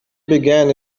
began